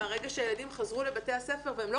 מרגע שהילדים חזרו לבית הספר והם לא